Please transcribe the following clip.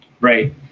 right